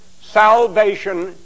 Salvation